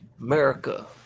America